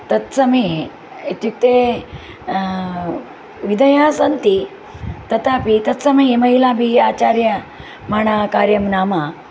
तत्समये इत्युक्ते विधयः सन्ति तथापि तत्समये महिलाभिः आचार्य माणकार्यं नाम